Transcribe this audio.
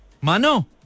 Mano